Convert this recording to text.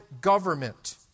government